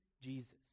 Jesus